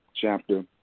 chapter